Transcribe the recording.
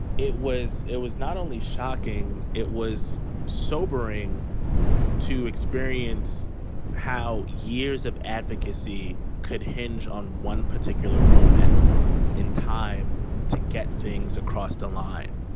it was it was not only shocking. it was sobering to experience how years of advocacy could hinge on one particular moment in time to get things across the line.